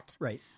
Right